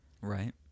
Right